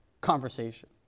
conversation